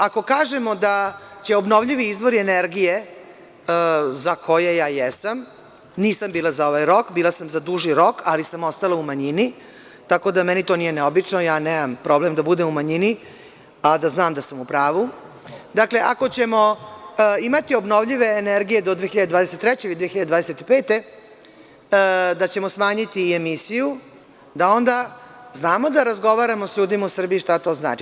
Ako kažemo da će obnovljivi izvori energije, za koje ja jesam, nisam bila za ovaj rok, bila sam za duži rok, ali sam ostala u manjini, tako da meni to nije neobično, ja nemam problem da budem u manjini, a da znam da sam u pravu, ako ćemoimati obnovljive energije do 2023. ili 2025. godine, da ćemo smanjiti emisiju, onda treba da znamo da razgovaramo sa ljudima u Srbiji šta to znači?